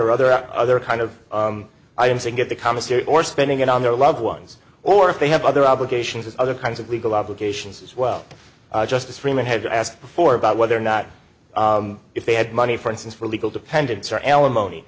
or other other kind of items and get the commissary or spending it on their loved ones or if they have other obligations other kinds of legal obligations as well just as freeman had asked before about whether or not if they had money for instance for legal dependents or alimony